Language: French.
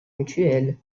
mutuel